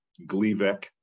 Gleevec